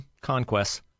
conquests